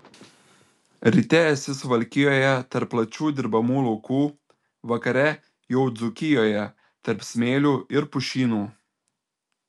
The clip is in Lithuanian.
ryte esi suvalkijoje tarp plačių dirbamų laukų vakare jau dzūkijoje tarp smėlių ir pušynų